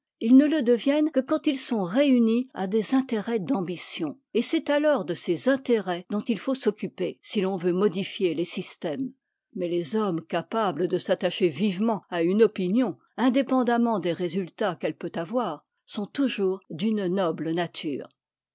ils ne le deviennent que quand ils sont réunis à des intérêts d'ambition et c'est alors de ces intérêts dont il faut s'occuper si l'on veut modifier les systèmes mais les hommes capables de s'attacher vivement à une opinion indépendamment des résultats qu'elle peut avoir sont toujours d'une noble nature